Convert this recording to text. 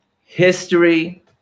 history